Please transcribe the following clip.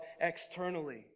externally